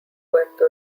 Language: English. puerto